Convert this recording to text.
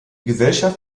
gesellschaft